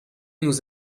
nous